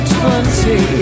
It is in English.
twenty